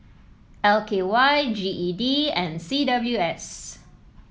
L K Y G E D and C W S